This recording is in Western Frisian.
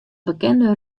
bekende